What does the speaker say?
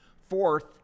Fourth